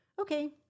Okay